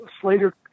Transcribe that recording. Slater